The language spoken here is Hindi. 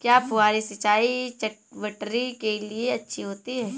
क्या फुहारी सिंचाई चटवटरी के लिए अच्छी होती है?